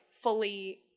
fully